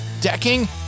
decking